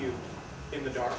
you in the dark